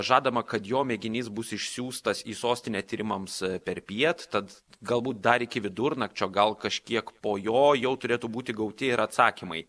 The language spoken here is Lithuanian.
žadama kad jo mėginys bus išsiųstas į sostinę tyrimams perpiet tad galbūt dar iki vidurnakčio gal kažkiek po jo jau turėtų būti gauti ir atsakymai